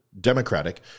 democratic